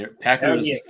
Packers